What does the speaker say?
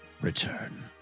return